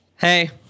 hey